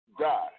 die